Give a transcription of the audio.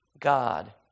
God